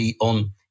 on